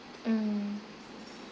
mm